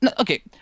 okay